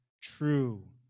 true